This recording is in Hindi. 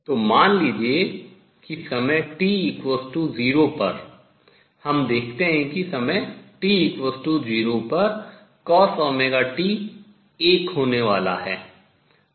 तो मान लीजिए कि समय t0 पर हम देखते हैं कि समय t 0 पर Cosωt 1 होने वाला है